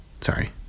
sorry